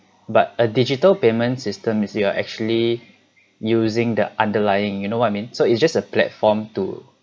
but a digital payment system is you are actually using the underlying you know what I mean so it's just a platform to